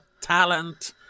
Talent